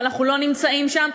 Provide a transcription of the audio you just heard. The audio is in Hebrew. ואנחנו לא נמצאים שם,